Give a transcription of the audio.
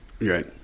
right